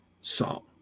song